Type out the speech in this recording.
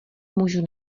můžu